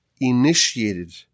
initiated